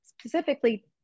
specifically